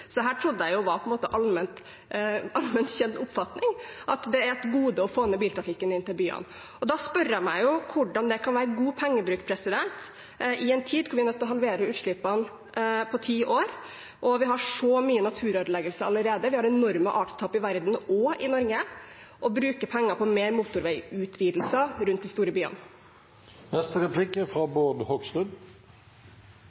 trodde jeg var en allment kjent oppfatning, at det er et gode å få ned biltrafikken inn til byene. Da spør jeg meg hvordan det kan være god pengebruk, i en tid da vi er nødt til å halvere utslippene på ti år, og når vi har så mye naturødeleggelse allerede – vi har enorme artstap i verden for øvrig og i Norge – å bruke penger på flere motorveiutvidelser rundt de store byene. Representanten Bastholm har omtalt sjøfolk i ganske dårlige ordelag. Fremskrittspartiet er